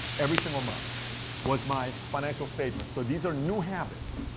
every single month was my financial statement. so these are new habits.